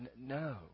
No